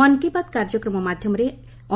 ମନ୍ କୀ ବାତ୍ କାର୍ଯ୍ୟକ୍ରମ ମାଧ୍ୟମରେ